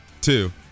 two